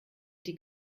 die